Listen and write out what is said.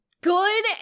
good